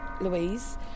Louise